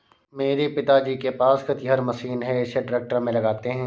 मेरे पिताजी के पास खेतिहर मशीन है इसे ट्रैक्टर में लगाते है